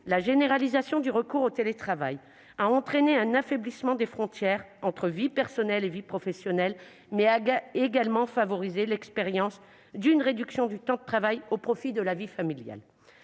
la généralisation du recours au télétravail a entraîné un affaiblissement des frontières entre vie personnelle et vie professionnelle, mais a également favorisé l'expérience d'une réduction du temps de travail au profit de la vie familiale.